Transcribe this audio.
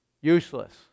useless